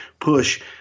push